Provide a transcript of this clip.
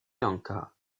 lanka